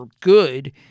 good